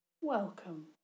Welcome